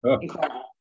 incredible